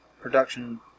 production